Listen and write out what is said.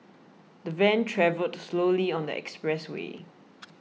the van travelled slowly on the expressway